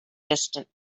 distant